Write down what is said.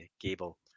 Gable